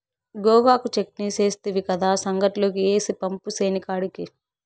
గోగాకు చెట్నీ సేస్తివి కదా, సంగట్లోకి ఏసి పంపు సేనికాడికి